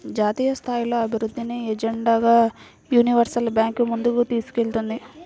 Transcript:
జాతీయస్థాయిలో అభివృద్ధిని ఎజెండాగా యూనివర్సల్ బ్యాంకు ముందుకు తీసుకెళ్తుంది